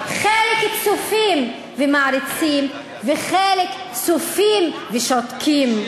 חלק צופים ומעריצים וחלק צופים ושותקים.